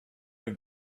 have